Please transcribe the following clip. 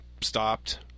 stopped